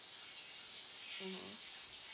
mmhmm